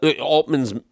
Altman's